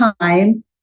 time